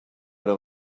leur